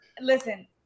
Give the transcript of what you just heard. listen